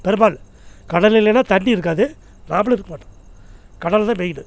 பெரும்பால் கடல் இல்லேன்னா தண்ணி இருக்காது நாமளும் இருக்க மாட்டோம் கடல்தான் மெயினு